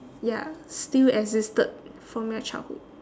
ya still existed from your childhood